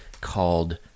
called